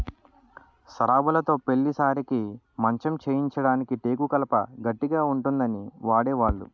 సరాబులుతో పెళ్లి సారెకి మంచం చేయించడానికి టేకు కలప గట్టిగా ఉంటుందని వాడేవాళ్లు